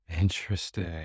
Interesting